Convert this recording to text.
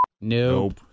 Nope